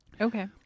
Okay